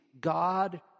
God